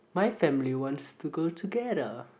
my family wants to go together